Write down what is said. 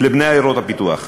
לבני עיירות הפיתוח.